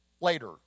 later